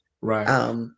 Right